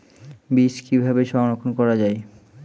বীজ কিভাবে সংরক্ষণ করা যায়?